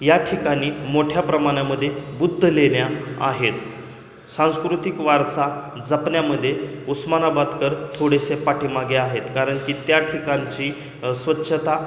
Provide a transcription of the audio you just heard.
या ठिकाणी मोठ्या प्रमाणामध्ये बुद्ध लेण्या आहेत सांस्कृतिक वारसा जपण्यामध्ये उस्मानाबादकर थोडेसे पाठीमागे आहेत कारण की त्या ठिकाणची स्वच्छता